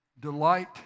Delight